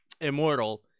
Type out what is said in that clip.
immortal